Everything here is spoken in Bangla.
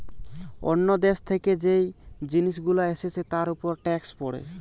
অন্য দেশ থেকে যে জিনিস গুলো এসছে তার উপর ট্যাক্স পড়ে